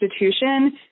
institution